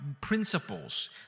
principles